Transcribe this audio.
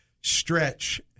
stretch